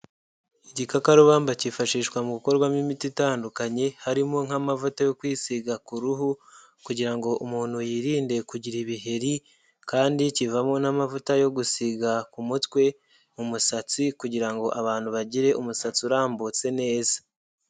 Igikakarubamba cyifashishwa mu gukorwamo imiti itandukanye, harimo nk'amavuta yo kwisiga ku ruhu, kugira ngo umuntu yirinde kugira ibiheri, kandi kivamo n'amavuta yo gusiga ku mutwe, mu musatsi kugira ngo abantu bagire umusatsi urambutse neza.